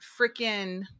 freaking